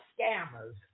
scammers